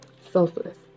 selfless